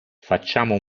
facciamo